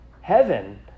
heaven